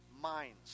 minds